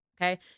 Okay